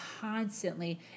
constantly